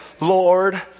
Lord